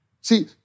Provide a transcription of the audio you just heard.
See